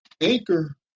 Anchor